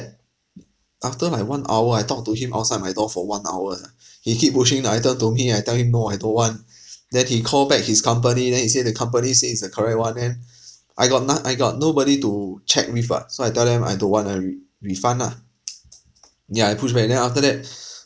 after like one hour I talk to him outside my door for one hour ah he keep pushing the item to me I tell him no I don't want then he call back his company then he said the company say it's the correct one eh I got na~ I got nobody to chat with ah so I tell them I don't want to re~ refund ah ya I pushback then after that